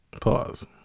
pause